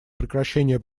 прекращение